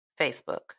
Facebook